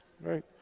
right